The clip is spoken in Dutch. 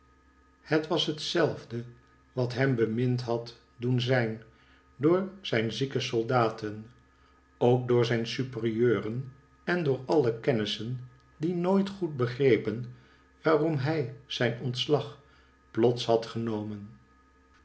het was dat zelfde wat hem bemind had doen zijn door zijn zieke soldaten ook door zijn superieuren en door alle kennissen die nooit goed begrepen waarom hij zijn ontslag plots had genomen